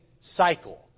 Cycle